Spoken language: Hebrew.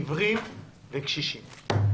עיוורים וקשישים.